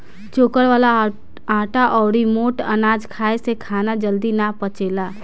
चोकर वाला आटा अउरी मोट अनाज खाए से खाना जल्दी ना पचेला